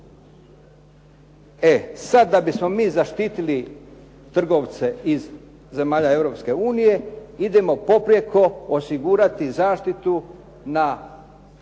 E sada da bismo mi zaštitili trgovce iz zemalja Europske unije idemo poprijeko osigurati zaštitu na,